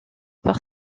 par